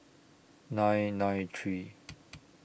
nine nine three